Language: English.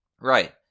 Right